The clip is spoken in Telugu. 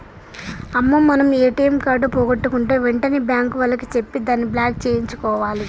అమ్మో మనం మన ఏటీఎం కార్డు పోగొట్టుకుంటే వెంటనే బ్యాంకు వాళ్లకి చెప్పి దాన్ని బ్లాక్ సేయించుకోవాలి